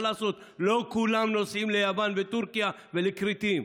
מה לעשות, לא כולם נוסעים ליוון וטורקיה ולכרתים.